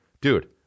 Dude